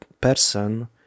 person